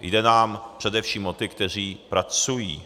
Jde nám především o ty, kteří pracují.